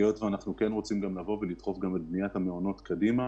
כי אנחנו כן רוצים לדחוף את בניית המעונות קדימה,